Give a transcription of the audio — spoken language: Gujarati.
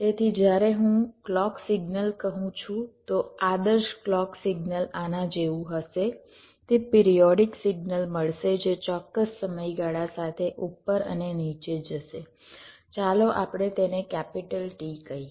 તેથી જ્યારે હું ક્લૉક સિગ્નલ કહું છું તો આદર્શ ક્લૉક સિગ્નલ આના જેવું હશે તે પિરિયોડિક સિગ્નલ મળશે જે ચોક્કસ સમયગાળા સાથે ઉપર અને નીચે જશે ચાલો આપણે તેને T કહીએ